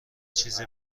چیز